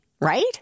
right